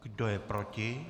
Kdo je proti?